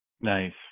Nice